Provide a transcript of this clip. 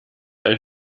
ein